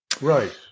right